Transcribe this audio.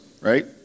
right